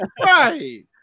Right